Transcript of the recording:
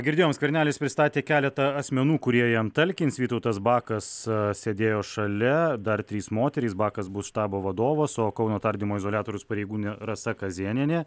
girdėjom skvernelis pristatė keletą asmenų kurie jam talkins vytautas bakas sėdėjo šalia dar trys moterys bakas bus štabo vadovas o kauno tardymo izoliatoriaus pareigūnė rasa kazėnienė